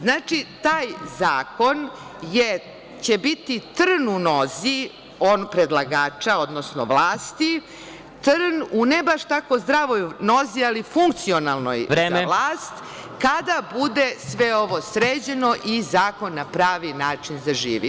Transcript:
Znači, taj zakon će biti trn u nozi predlagača, odnosno vlasti, trn u ne baš tako zdravoj nozi, ali funkcionalnoj za vlast kada bude sve ovo sređeno i zakon na pravi način zaživi.